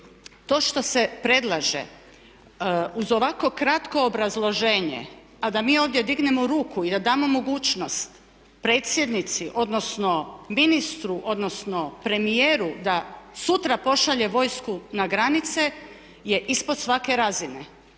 To što se predlaže uz ovako kratko obrazloženje, a da mi ovdje dignemo ruku i da damo mogućnost predsjednici, odnosno ministru, odnosno premijeru da sutra pošalje vojsku na granice je ispod svake razine.